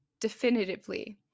definitively